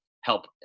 help